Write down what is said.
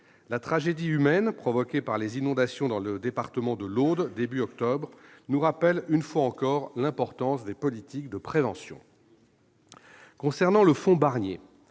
La tragédie humaine provoquée par les inondations dans le département de l'Aude, au début du mois d'octobre, nous rappelle une fois encore l'importance des politiques de prévention. Concernant le fonds Barnier,